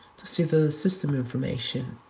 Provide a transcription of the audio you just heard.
to see the system information,